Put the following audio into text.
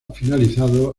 finalizado